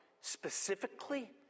specifically